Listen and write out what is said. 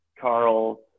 Carl